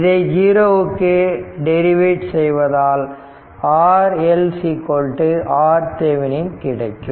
இதை ஜீரோவுக்கு டெரிவேட் செய்வதால் RL RThevenin கிடைக்கும்